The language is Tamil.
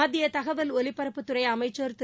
மத்தியதகவல் ஒலிபரப்புத் துறைஅமைச்சர் திரு